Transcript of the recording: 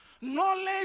Knowledge